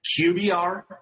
QBR